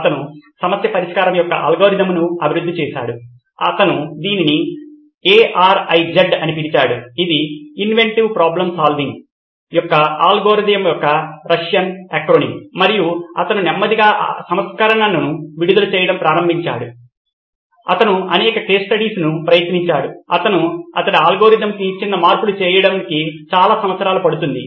అతను సమస్య పరిష్కారం యొక్క అల్గోరిథంను అభివృద్ధి చేశాడు అతను దీనిని ARIZ అని పిలిచాడు ఇది ఇన్వెంటివ్ ప్రాబ్లమ్ సాల్వింగ్ యొక్క అల్గోరిథం యొక్క రష్యన్ ఎక్రోనిం మరియు అతను నెమ్మదిగా సంస్కరణను విడుదల చేయడం ప్రారంభించాడు అతను అనేక కేస్ స్టడీస్ను ప్రయత్నించాడు అతను అతని అల్గోరిథంకి చిన్న మార్పులు చేయడానికి చాలా సంవత్సరాలు పడుతుంది